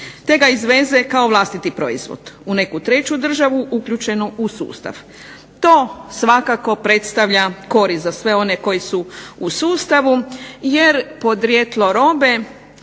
te ga izveze kao vlastiti proizvod u neku treću državu uključenu u sustav. To svakako predstavlja korist za sve one koji su u sustavu jer podrijetlo robe